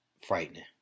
frightening